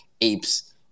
apes